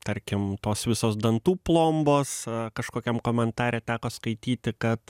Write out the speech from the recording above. tarkim tos visos dantų plombos kažkokiam komentare teko skaityti kad